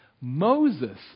Moses